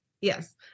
Yes